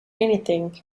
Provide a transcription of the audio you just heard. anything